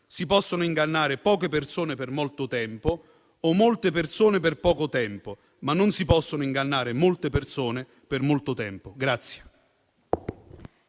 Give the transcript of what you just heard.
«Si possono ingannare poche persone per molto tempo o molte persone per poco tempo. Ma non si possono ingannare molte persone per molto tempo».